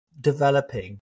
developing